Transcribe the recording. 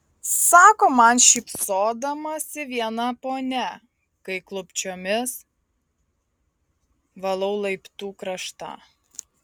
sako man šypsodamasi viena ponia kai klupsčiomis valau laiptų kraštą